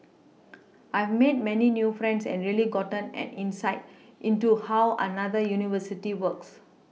I've made many new friends and really gotten an insight into how another university works